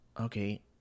okay